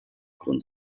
grund